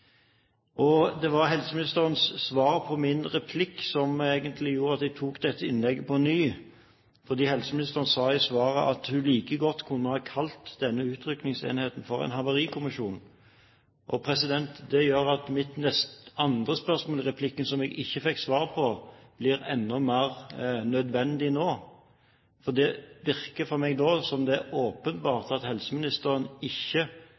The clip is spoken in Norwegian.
tiltakene. Det var helseministerens svar på min replikk som gjorde at jeg tok dette innlegget på nytt. For helseministeren sa i svaret at hun like godt kunne ha kalt denne utrykningsenheten for en havarikommisjon. Det gjør at mitt andre spørsmål i replikken, som jeg ikke fikk svar på, blir enda mer nødvendig nå. Det virker for meg som om det er åpenbart at helseministeren ikke